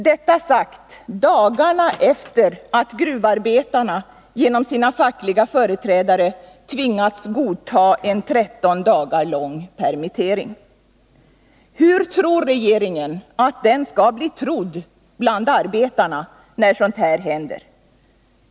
Detta sades dagarna efter det att gruvarbetarna genom sina fackliga företrädare tvingats godta en 13 dagar lång permittering. Hur tror regeringen att den skall bli trodd bland arbetarna när sådant här händer?